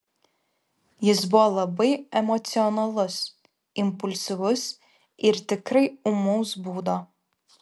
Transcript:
jis buvo labai emocionalus impulsyvus ir tikrai ūmaus būdo